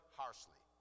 harshly